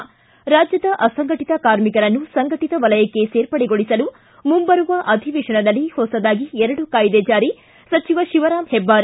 ಿ ರಾಜ್ಯದ ಅಸಂಘಟಿತ ಕಾರ್ಮಿಕರನ್ನು ಸಂಘಟಿತ ವಲಯಕ್ಕೆ ಸೇರ್ಪಡೆಗೊಳಿಸಲು ಮುಂಬರುವ ಅಧಿವೇಶನದಲ್ಲಿ ಹೊಸದಾಗಿ ಎರಡು ಕಾಯಿದೆ ಜಾರಿ ಸಚಿವ ಶಿವರಾಮ್ ಹೆಬ್ಬಾರ್